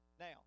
Now